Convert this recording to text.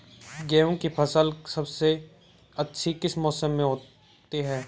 गेंहू की फसल सबसे अच्छी किस मौसम में होती है?